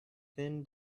thin